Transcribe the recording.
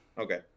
Okay